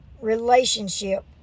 relationship